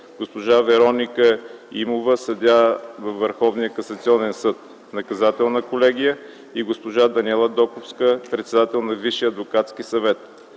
госпожа Вероника Имова – съдия във Върховния касационен съд, наказателна колегия, и госпожа Даниела Доковска – председател на Висшия адвокатски съвет.